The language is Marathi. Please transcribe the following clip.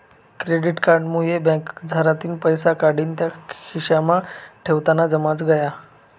क्रेडिट कार्ड मुये बँकमझारतीन पैसा काढीन त्या खिसामा ठेवताना जमाना गया